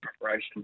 preparation